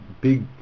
big